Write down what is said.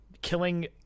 Killing